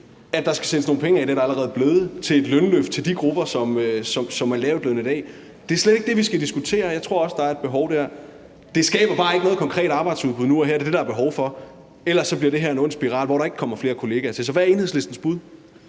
at der skal sættes nogle penge af – det er der allerede blevet – til et lønløft til de grupper, som er lavtlønnede i dag. Det er slet ikke det, vi skal diskutere. Jeg tror også, der er et behov dér. Det skaber bare ikke noget konkret arbejdsudbud nu og her. Det er det, der er behov for. Ellers bliver det her en ond spiral, hvor der ikke kommer flere kollegaer til. Så hvad er Enhedslistens bud?